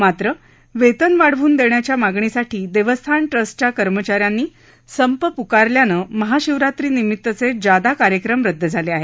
मात्र वेतन वाढवून देण्याच्या मागणीसाठी देवस्थान द्रस्टच्या कर्मचाऱ्यांनी सम्प प्कारल्यानं महाशिवरात्रीनिमित्तचे जादा कार्यक्रम रद्द झाले आहेत